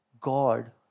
God